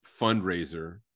fundraiser